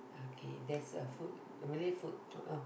okay there's a food really food uh